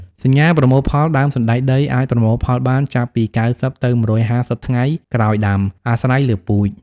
សញ្ញាប្រមូលផល ដើមសណ្ដែកដីអាចប្រមូលផលបានចាប់ពី ៩០ ទៅ ១៥០ ថ្ងៃក្រោយដាំ អាស្រ័យលើពូជ។